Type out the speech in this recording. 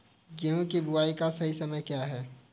गेहूँ की बुआई का सही समय क्या है?